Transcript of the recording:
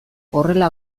horrela